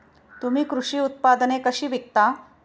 तुम्ही कृषी उत्पादने कशी विकता?